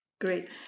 Great